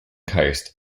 coast